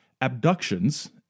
Abductions